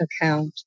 account